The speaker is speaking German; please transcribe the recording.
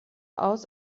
aus